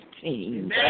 team